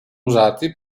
usati